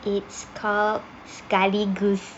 it's called sekali gus